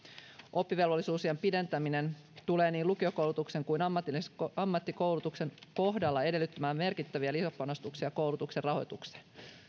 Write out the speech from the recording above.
oppivelvollisuusiän pidentäminen tulee niin lukiokoulutuksen kuin ammattikoulutuksen kohdalla edellyttämään merkittäviä lisäpanostuksia koulutuksen rahoitukseen